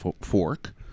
Fork